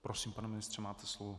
Prosím, pane ministře, máte slovo.